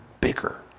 bigger